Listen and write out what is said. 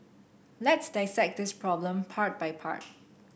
let's dissect this problem part by part